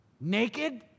naked